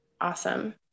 Awesome